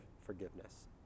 forgiveness